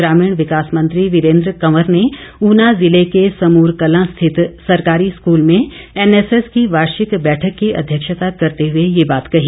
ग्रामीण विकास मंत्री वीरेंद्र कंवर ने ऊना ज़िले के समूरकलां स्थित सरकारी स्कूल में एनएसएस की वार्षिक बैठक की अध्यक्षता करते हुए ये बात कही